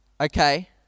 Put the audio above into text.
okay